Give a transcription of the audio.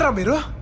um me to